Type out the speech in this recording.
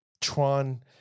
tron